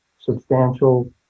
substantial